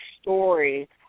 story